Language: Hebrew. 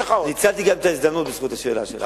ניצלתי גם את ההזדמנות בזכות השאלה שלךְ.